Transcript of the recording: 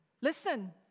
Listen